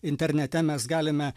internete mes galime